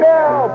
Now